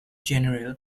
general